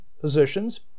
positions